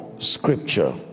scripture